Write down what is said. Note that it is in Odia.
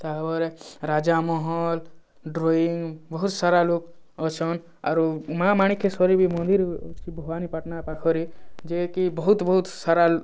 ତା'ପରେ ରାଜା ମହଲ୍ ଡ୍ରଇଁଙ୍ଗ ବହୁତ ସାରା ଲୋକ୍ ଅଛନ୍ ଆରୁ ମା' ମାଣିକେଶ୍ଵରୀ ବି ମନ୍ଦିର୍ ଅଛେ ଭବାନୀପାଟଣା ପାଖରେ ଯିଏକି ବହୁତ ବହୁତ ସାରା